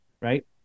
right